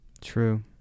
True